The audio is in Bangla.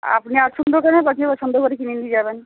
আপনি আসুন দোকানে বাকি পছন্দ করে কিনে নিয়ে যাবেন